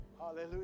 Hallelujah